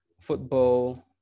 football